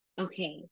okay